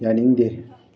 ꯌꯥꯅꯤꯡꯗꯦ